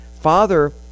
father